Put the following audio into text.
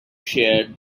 shear